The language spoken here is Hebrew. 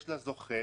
יש לחייב,